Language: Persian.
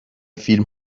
فیلم